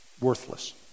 worthless